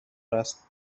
است